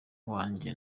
wanjye